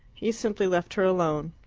he simply left her alone.